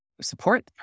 support